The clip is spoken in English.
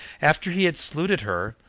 after he had saluted her,